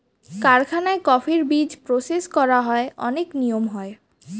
কারখানায় কফির বীজ প্রসেস করার অনেক নিয়ম হয়